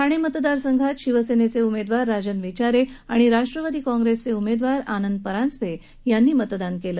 ठाणे मतदारसंघात शिवसेनेचे उमेदवार राजन विचारे आणि राष्ट्रवादी काँप्रेसचे आनंद परांजपे यांनी मतदान केलं